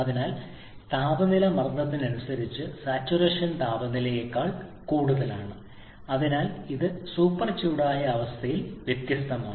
അതിനാൽ താപനില മർദ്ദത്തിന് അനുസരിച്ച് സാച്ചുറേഷൻ താപനിലയേക്കാൾ കൂടുതലാണ് അതിനാൽ ഇത് സൂപ്പർ ചൂടായ അവസ്ഥയിൽ വ്യത്യസ്തമാണ്